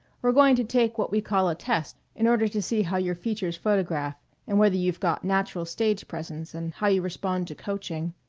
we're going to take what we call a test in order to see how your features photograph and whether you've got natural stage presence and how you respond to coaching.